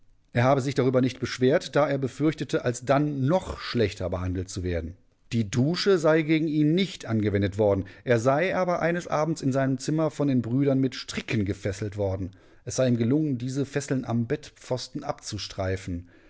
er habe sich darüber nicht beschwert da er befürchtete alsdann noch schlechter behandelt zu werden die dusche sei gegen ihn nicht angewendet worden er sei aber eines abends in seinem zimmer von den brüdern mit stricken gefesselt worden es sei ihm gelungen diese fesseln am bettpfosten abzustreifen